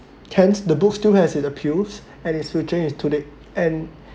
hence the books still has it appeals and its switching it today and